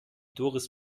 doris